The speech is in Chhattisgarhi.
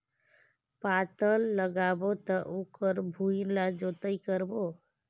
पातल लगाबो त ओकर भुईं ला जोतई करबो?